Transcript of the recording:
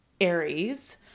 Aries